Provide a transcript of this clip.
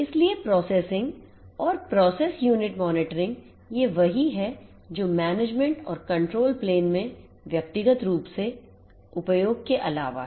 इसलिए प्रोसेसिंग और process unit monitoring ये वही हैं जो Management और Control प्लेन में व्यक्तिगतरूप से उपयोग के अलावा हैं